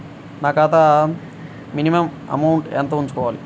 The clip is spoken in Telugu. నా ఖాతా మినిమం అమౌంట్ ఎంత ఉంచుకోవాలి?